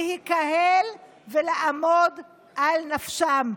להיקהל ולעמוד על נפשם.